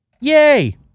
Yay